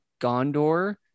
Gondor